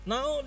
Now